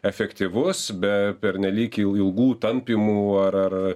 efektyvus be pernelyg il ilgų tampymų ar ar